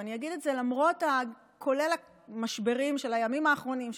כולל המשברים של הימים האחרונים,